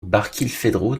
barkilphedro